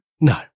No